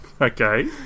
Okay